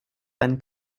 einen